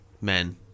men